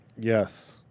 Yes